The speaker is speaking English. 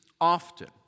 often